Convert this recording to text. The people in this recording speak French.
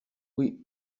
oui